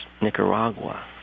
Nicaragua